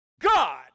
God